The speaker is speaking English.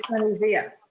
kind of zia?